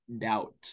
doubt